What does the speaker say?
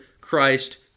Christ